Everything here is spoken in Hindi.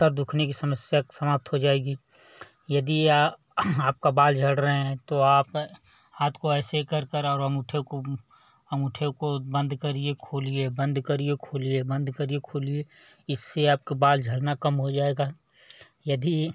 सर दुखने की समस्या समाप्त हो जाएगी यदि आपका बाल झड़ रहे हैं तो आप हाथ को ऐसे कर कर और अंगूठे को अंगूठे को बंद करिए खोलिए बंद करिए खोलिए बंद करिए खोलिए इससे आपके बाल झड़ना कम हो जाएगा यदि